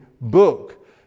book